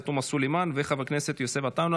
חברת הכנסת עאידה תומא סלימאן וחבר הכנסת יוסף עטאונה,